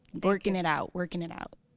working it out working it out.